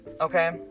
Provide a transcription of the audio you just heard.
okay